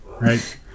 right